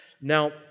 Now